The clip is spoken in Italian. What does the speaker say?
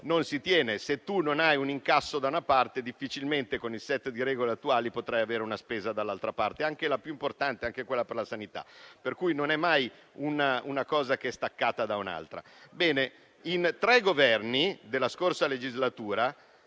contratti. Se non hai un incasso da una parte, difficilmente, con le regole attuali, potrai avere una spesa dall'altra parte (anche la più importante, come quella per la sanità). Non è mai una cosa staccata da un'altra. In tre Governi della scorsa legislatura